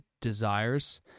desires